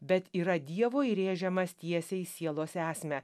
bet yra dievo įrėžiamas tiesiai į sielos esmę